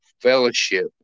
fellowship